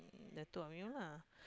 the two of you lah